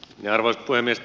arvoisa puhemies